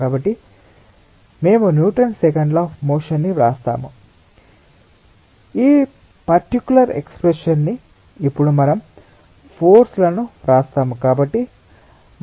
కాబట్టి మేము Newton's second law of motion ని వ్రాస్తాము ఈ పర్టికులర్ ఎక్స్ప్రెషన్ ఇప్పుడు మనం ఫోర్స్ లను వ్రాస్తాము